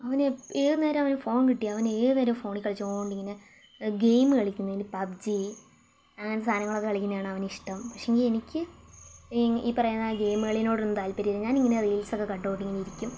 അവന് എപ്പ് ഏതുനേരവും ഫോണ് കിട്ടിയാൽ അവന് ഏതുനേരവും ഫോണിൽ കളിച്ചുകൊണ്ടിങ്ങനെ ഗെയിം കളിക്കുന്നതില് പബ്ജി അങ്ങനത്തെ സാധനങ്ങളൊക്കെ കളിക്കുന്നതാണ് അവനിഷ്ട്ടം പക്ഷെ എങ്കിൽ എനിക്ക് ഈങ് ഈ പറയുന്ന ഗെയ്മുകളിയോടൊന്നും താൽപര്യമില്ല ഞാൻ ഇങ്ങനെ റീൽസൊക്കെ കണ്ടുകൊണ്ടിങ്ങനെ ഇരിക്കും